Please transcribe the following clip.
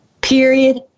Period